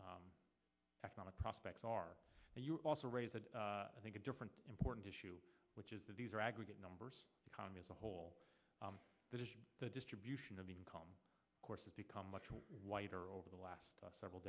the economic prospects are and you also raise that i think a different important issue which is that these are aggregate numbers economy as a whole that is the distribution of income of course has become much whiter over the last several